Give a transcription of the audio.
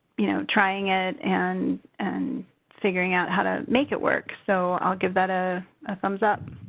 you know, trying it and and figuring out how to make it work. so, i'll give that a thumbs up.